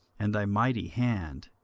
and thy mighty hand